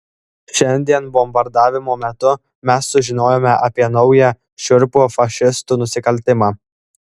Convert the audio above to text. šiandien bombardavimo metu mes sužinojome apie naują šiurpų fašistų nusikaltimą